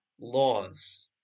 laws